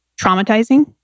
traumatizing